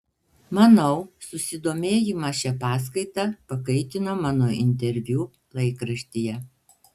manau susidomėjimą šia paskaita pakaitino mano interviu laikraštyje